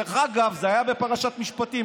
דרך אגב, זה היה בפרשת משפטים.